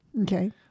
Okay